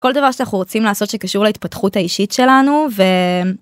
כל דבר שאנחנו רוצים לעשות שקשור להתפתחות האישית שלנו.